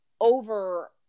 over